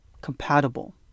compatible